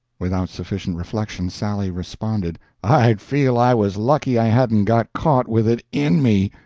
without sufficient reflection sally responded i'd feel i was lucky i hadn't got caught with it in me.